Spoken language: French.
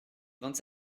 vingt